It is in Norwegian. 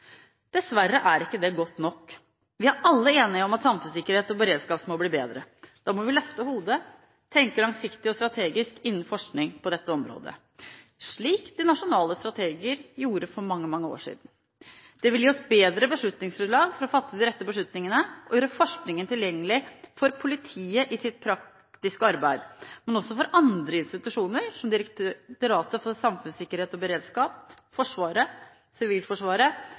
er dessverre ikke godt nok. Vi er alle enige om at samfunnssikkerhet og beredskap må bli bedre. Da må vi løfte hodet og tenke langsiktig og strategisk innen forskning på dette området, slik de nasjonale strateger gjorde for mange år siden. Det vil gi oss bedre beslutningsgrunnlag til å fatte de rette beslutningene og gjøre forskningen tilgjengelig for politiet i deres praktiske arbeid, men også for andre institusjoner, som Direktoratet for samfunnssikkerhet og beredskap, Forsvaret, Sivilforsvaret,